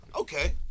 Okay